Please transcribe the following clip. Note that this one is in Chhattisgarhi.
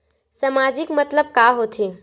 सामाजिक मतलब का होथे?